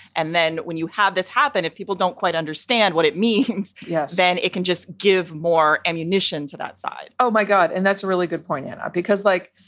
and then when you have this happen, if people don't quite understand what it means. yes. and it can just give more ammunition to that side oh, my god. and that's a really good point. and because, like,